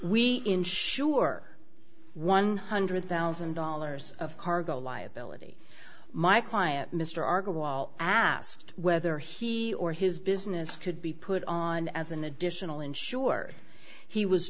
we ensure one hundred thousand dollars of cargo liability my client mr arkell all asked whether he or his business could be put on as an additional insurer he was